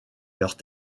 leurs